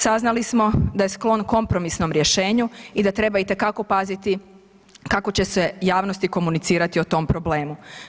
Saznali smo da je sklon kompromisnom rješenju i da treba itekako paziti kako će se javnosti komunicirati o tom problemu.